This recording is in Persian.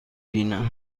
بینم